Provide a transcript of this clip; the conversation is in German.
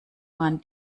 man